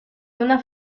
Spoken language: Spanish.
una